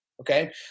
okay